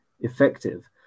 effective